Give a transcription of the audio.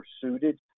suited